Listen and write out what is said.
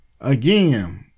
again